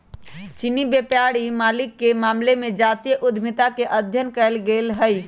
चीनी व्यापारी मालिके मामले में जातीय उद्यमिता के अध्ययन कएल गेल हइ